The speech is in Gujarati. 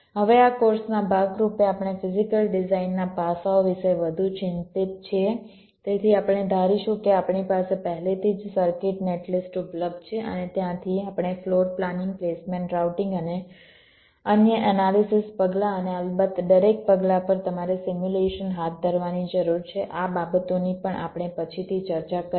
હવે આ કોર્સના ભાગ રૂપે આપણે ફિઝીકલ ડિઝાઇનના પાસાઓ વિશે વધુ ચિંતિત છીએ તેથી આપણે ધારીશું કે આપણી પાસે પહેલેથી જ સર્કિટ નેટ લિસ્ટ ઉપલબ્ધ છે અને ત્યાંથી આપણે ફ્લોર પ્લાનિંગ પ્લેસમેન્ટ રાઉટિંગ અને અન્ય એનાલિસિસ પગલાં અને અલબત્ત દરેક પગલાં પર તમારે સિમ્યુલેશન હાથ ધરવાની જરૂર છે આ બાબતોની પણ આપણે પછીથી ચર્ચા કરીશું